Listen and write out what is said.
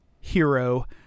hero